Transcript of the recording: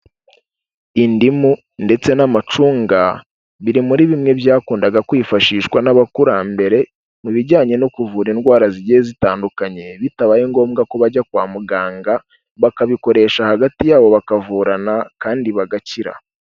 Indimu ndetse n'amacunga biri muri bimwe byakundaga kwifashishwa n'abakurambere, mu bijyanye no kuvura indwara zigiye zitandukanye, bitabaye ngombwa ko bajya kwa muganga, bakabikoresha hagati yabo bakavurana kandi bagakira.